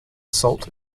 salt